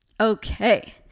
Okay